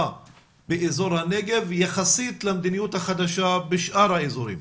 באזור הנגב יחסית למדיניות החדשה בשאר האזורים.